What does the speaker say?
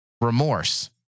Remorse